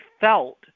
felt